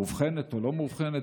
מאובחנת או לא מאובחנת,